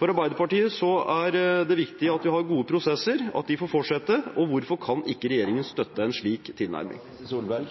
For Arbeiderpartiet er det viktig at vi har gode prosesser, og at de får fortsette. Hvorfor kan ikke regjeringen støtte en slik tilnærming?